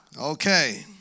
Okay